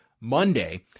Monday